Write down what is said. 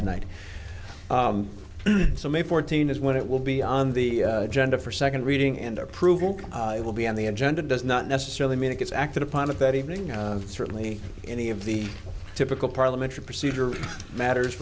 tonight so may fourteenth is when it will be on the agenda for second reading and approval it will be on the agenda does not necessarily mean it gets acted upon it that evening certainly any of the typical parliamentary procedure matters